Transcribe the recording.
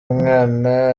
mwana